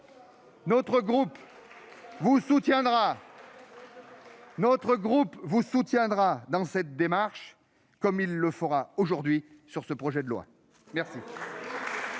Républicains vous soutiendra dans cette démarche, comme il le fera aujourd'hui sur ce projet de loi. La